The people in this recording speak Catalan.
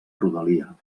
rodalia